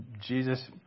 Jesus